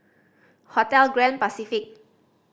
Hotel Grand Pacific